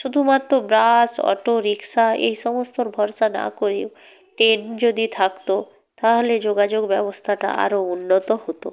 শুধুমাত্ত গাস auto rickshaw এই সমস্তর ভরসা না করেও ট্রেন যদি থাকত তাহলে যোগাযোগ ব্যবস্থাটা আরও উন্নত হতো